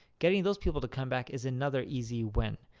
getting those people to come back is another easy win.